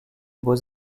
beaux